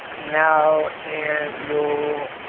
now and you'll,